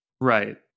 Right